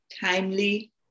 timely